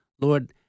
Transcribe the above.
Lord